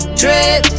drip